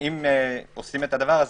עושים את זה,